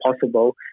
possible